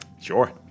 sure